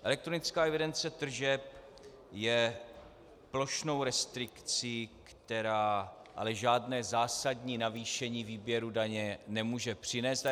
Elektronická evidence tržeb je plošnou restrikcí, která žádné zásadní navýšení výběru daní nemůže přinést.